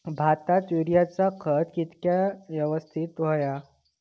भाताक युरियाचा खत किती यवस्तित हव्या?